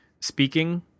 speaking